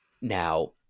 Now